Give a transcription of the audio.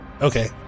Okay